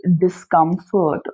discomfort